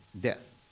death